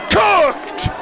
cooked